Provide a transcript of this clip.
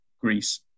Greece